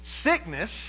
sickness